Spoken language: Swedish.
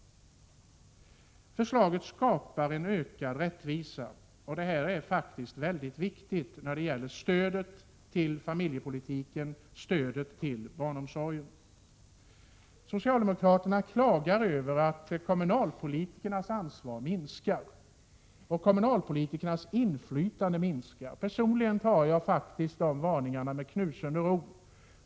Förslaget skapar en ökad rättvisa. Allt detta är mycket viktigt när det gäller stödet till familjepolitiken, stödet till barnomsorgen. Socialdemokraterna klagar över att kommunalpolitikernas ansvar och inflytande minskar. Personligen tar jag de varningarna med knusende ro.